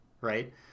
right